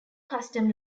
custom